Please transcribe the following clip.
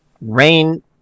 rain